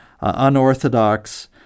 unorthodox